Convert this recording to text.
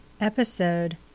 Episode